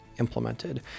Implemented